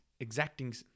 exacting